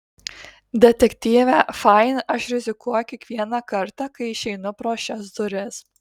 detektyve fain aš rizikuoju kiekvieną kartą kai išeinu pro šias duris